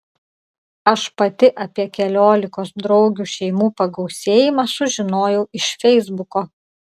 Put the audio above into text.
aš pati apie keliolikos draugių šeimų pagausėjimą sužinojau iš feisbuko